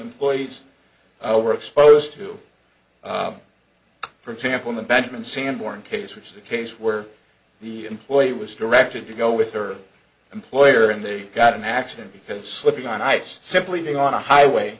employees over exposed to for example the benjamin sanborn case which is a case where the employee was directed to go with her employer and they got an accident because slipping on ice simply on a highway